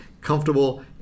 comfortable